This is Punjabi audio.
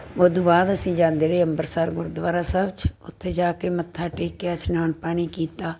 ਉਹ ਤੋਂ ਬਾਅਦ ਅਸੀਂ ਜਾਂਦੇ ਰਹੇ ਅੰਮ੍ਰਿਤਸਰ ਗੁਰਦੁਆਰਾ ਸਾਹਿਬ 'ਚ ਉੱਥੇ ਜਾ ਕੇ ਮੱਥਾ ਟੇਕਿਆ ਇਸ਼ਨਾਨ ਪਾਣੀ ਕੀਤਾ